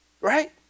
Right